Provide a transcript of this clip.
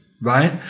right